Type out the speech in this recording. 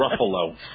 Ruffalo